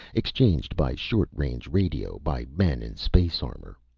exchanged by short-range radio by men in space armor.